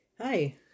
Hi